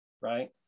right